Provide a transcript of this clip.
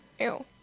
ew